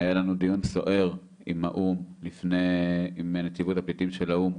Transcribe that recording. היה לנו דיון סוער עם נציבות הפליטים של האו"ם,